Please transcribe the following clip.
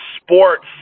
sports